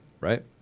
right